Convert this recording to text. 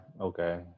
Okay